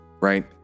right